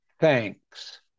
thanks